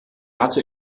hatte